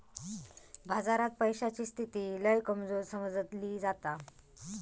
बाजारात पैशाची स्थिती लय कमजोर समजली जाता